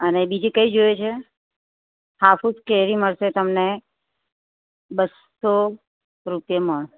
અને બીજી કઈ જોઈએ છે હાફૂસ કેરી મળશે તમને બસો રૂપિયે મણ